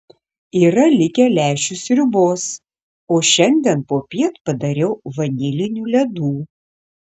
yra likę lęšių sriubos o šiandien popiet padariau vanilinių ledų